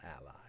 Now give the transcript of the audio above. ally